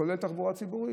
כולל תחבורה ציבורית,